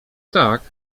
tak